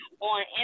on